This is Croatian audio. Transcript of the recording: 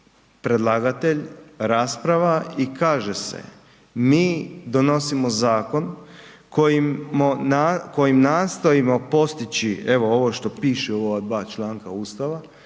predlagatelj, rasprava i kaže se, mi donosimo zakon kojim nastojimo postići evo ovo što piše u ova dva članka Ustava